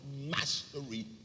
mastery